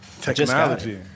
Technology